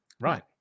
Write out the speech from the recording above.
Right